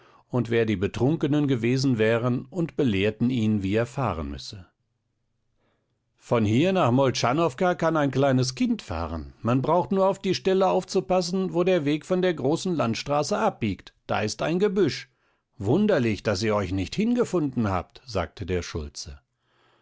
und wer die betrunkenen gewesen wären und belehrten ihn wie er fahren müsse von hier nach moltschanowka kann ein kleines kind fahren man braucht nur auf die stelle aufzupassen wo der weg von der großen landstraße abbiegt da ist ein gebüsch wunderlich daß ihr euch nicht hingefunden habt sagte der schulze